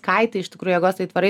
kaitai jėgos aitvarai